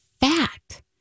fat